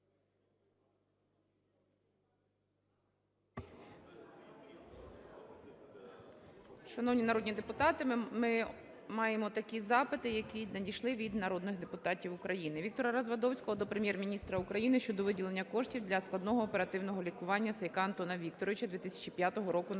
Шановні народні депутати, ми маємо такі запити, які надійшли від народних депутатів України. Віктора Развадовського до Прем'єр-міністра України щодо виділення коштів для складного оперативного лікування Сайка Антона Вікторовича, 2005 року народження,